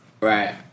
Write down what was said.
Right